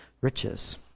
riches